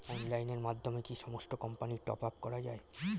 অনলাইনের মাধ্যমে কি সমস্ত কোম্পানির টপ আপ করা যায়?